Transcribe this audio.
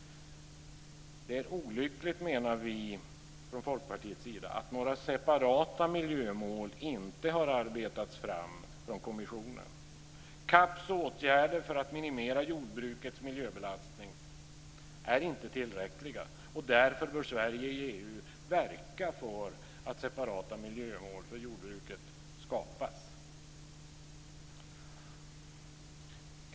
Det är olyckligt, menar vi från Folkpartiets sida, att några separata miljömål inte har arbetats fram från kommissionen. CAP:s åtgärder för att minimera jordbrukets miljöbelastning är inte tillräckliga, och därför bör Sverige i EU verka för att separata miljömål för jordbruket skapas.